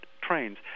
trains